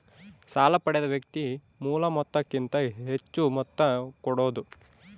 ಸಾಲ ಪಡೆದ ವ್ಯಕ್ತಿ ಮೂಲ ಮೊತ್ತಕ್ಕಿಂತ ಹೆಚ್ಹು ಮೊತ್ತ ಕೊಡೋದು